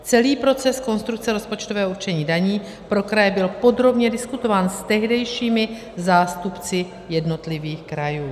Celý proces konstrukce rozpočtového určení daní pro kraje byl podrobně diskutován s tehdejšími zástupci jednotlivých krajů.